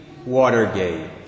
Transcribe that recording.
Watergate